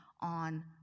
on